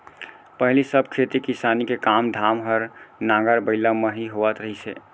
पहिली सब खेती किसानी के काम धाम हर नांगर बइला म ही होवत रहिस हे